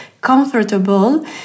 comfortable